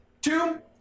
Two